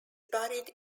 buried